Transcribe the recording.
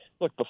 look